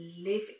live